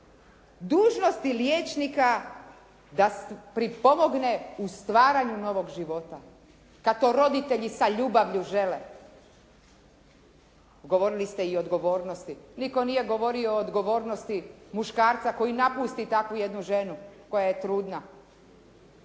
dužnost je liječnika da pripomogne u stvaranju novog života kad to roditelji sa ljubavlju žele. Govorili ste i o odgovornosti. Nitko nije govorio o odgovornosti muškarca koji napusti takvu jednu ženu koja je trudna.